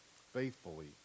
faithfully